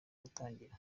gutangira